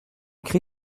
cri